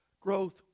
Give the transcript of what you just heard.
growth